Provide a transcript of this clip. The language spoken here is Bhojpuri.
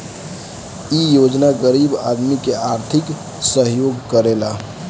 इ योजना गरीब आदमी के आर्थिक सहयोग करेला